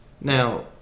Now